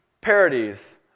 parodies